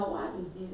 mmhmm